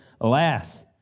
alas